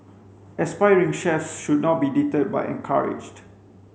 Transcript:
aspiring chefs should not be deterred but encouraged